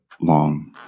long